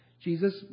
Jesus